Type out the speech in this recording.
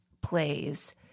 plays